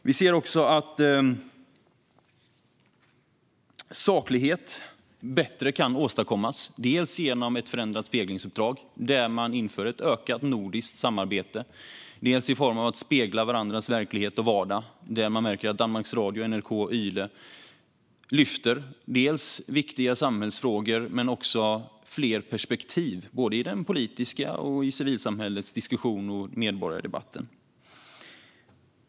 Vi ser också att saklighet bättre kan åstadkommas genom ett förändrat speglingsuppdrag, där det införs ett ökat nordiskt samarbete i form av att man speglar varandras verklighet och vardag. Man märker att Danmarks Radio, NRK och Yle lyfter viktiga samhällsfrågor men också fler perspektiv i den politiska diskussionen, i civilsamhällets diskussion och i medborgardebatten.